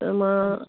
એમાં